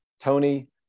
Tony